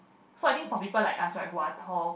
so I think for people like us right who are tall